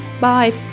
Bye